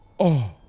oh.